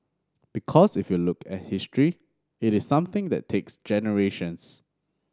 because if you look at history it is something that takes generations